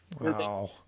wow